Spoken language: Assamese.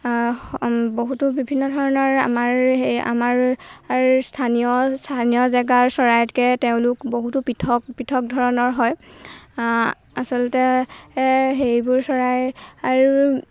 বহুতো বিভিন্ন ধৰণৰ আমাৰ সেই আমাৰ স্থানীয় স্থানীয় জেগাৰ চৰাইতকৈ তেওঁলোক বহুতো পৃথক পৃথক ধৰণৰ হয় আচলতে সেইবোৰ চৰাই আৰু